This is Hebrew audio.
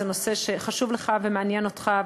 הנושא חשוב לך ומעניין אותך.